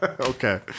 Okay